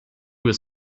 was